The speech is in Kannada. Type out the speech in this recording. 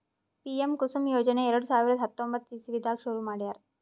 ಪಿಎಂ ಕುಸುಮ್ ಯೋಜನೆ ಎರಡ ಸಾವಿರದ್ ಹತ್ತೊಂಬತ್ತ್ ಇಸವಿದಾಗ್ ಶುರು ಮಾಡ್ಯಾರ್